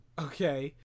Okay